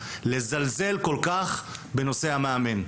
לזלזל כל כך בנושא המאמן?